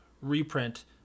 reprint